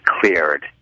cleared